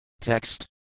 Text